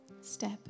step